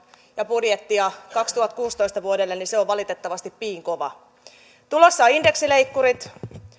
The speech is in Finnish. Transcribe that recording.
ja budjettia vuodelle kaksituhattakuusitoista niin se on valitettavasti piinkova tulossa on indeksileikkurit